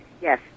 Yes